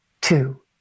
two